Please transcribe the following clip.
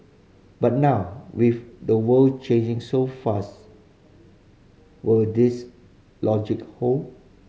but now with the world changing so fast will this logic hold